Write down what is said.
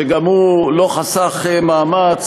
שגם הוא לא חסך מאמץ,